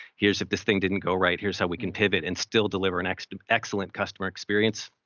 here's if this thing didn't go right, here's how we can pivot and still deliver an excellent excellent customer experience.